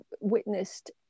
witnessed